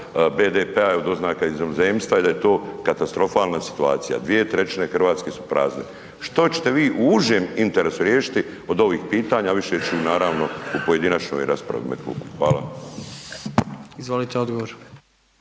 6,6% od doznaka iz inozemstva i da je to katastrofalna situacija. Dvije trećine Hrvatske su prazne. Što ćete vi u užem interesu riješiti od ovih pitanja? A više ću naravno u pojedinačnoj raspravi u ime kluba. Hvala. **Jandroković,